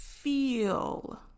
feel